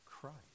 Christ